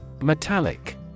Metallic